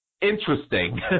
interesting